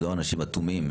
לא אנשים אטומים.